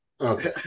Okay